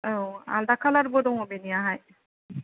औ आलदा खालारबो दङ बिनियाहाय